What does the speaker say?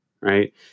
right